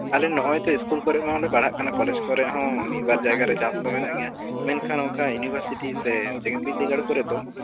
ᱟᱞᱮ ᱤᱥᱠᱩᱞ ᱠᱚᱨᱮᱜ ᱢᱟᱞᱮ ᱯᱟᱲᱦᱟᱜ ᱠᱟᱱᱟ ᱠᱚᱞᱮᱡᱽ ᱠᱚᱨᱮᱦᱚᱸ ᱢᱤᱫᱵᱟᱨ ᱡᱟᱭᱜᱟ ᱫᱚ ᱪᱟᱱᱥ ᱢᱮᱱᱠᱷᱟᱱ ᱚᱱᱠᱟ ᱡᱚᱠᱷᱚᱱ ᱤᱭᱩᱱᱤᱵᱷᱟᱨᱥᱤᱴᱤ ᱥᱮ ᱡᱮᱜᱮᱛ ᱵᱤᱨᱫᱟᱹᱜᱟᱲ ᱠᱚᱨᱮᱜ ᱫᱚ